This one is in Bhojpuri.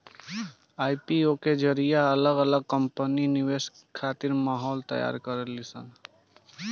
आई.पी.ओ के जरिए अलग अलग कंपनी निवेश खातिर माहौल तैयार करेली सन